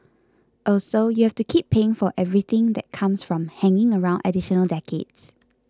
also you have to keep paying for everything that comes from hanging around additional decades